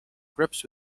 grips